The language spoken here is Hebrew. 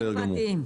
בסדר גמור.